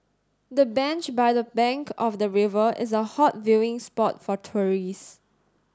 the bench by the bank of the river is a hot viewing spot for tourists